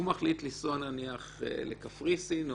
הוא מחליט לנסוע לקפריסין או